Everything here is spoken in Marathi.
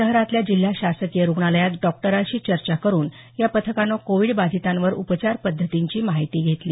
शहरातल्या जिल्हा शासकीय रुग्णालयात डॉक्टरांशी चर्चा करून या पथकानं कोविड बाधितांवर उपचार पद्धतींची माहिती घेतली